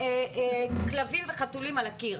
הרי אם מחר יטיחו כלבים וחתולים על הקיר,